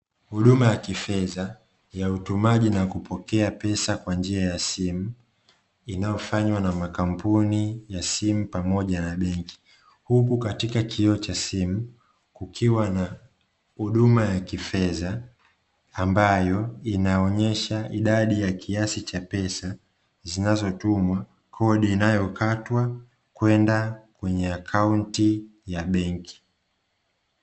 Huduma ya kifedha ya utumaji na kupokea pesa kwa njia ya simu, inayofanywa na makampuni ya simu pamoja na benki, huku katika kioo cha simu, kukiwa na huduma ya kifedha, ambayo inaonyesha idadi ya kiasi cha pesa zinazotumwa, kodi inayokatwa kwenda kwenye akaunti ya benki.